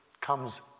comes